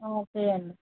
okay అండి